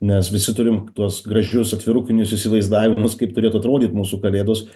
nes visi turim tuos gražius atvirukinius įsivaizdavimus kaip turėtų atrodyt mūsų kalėdos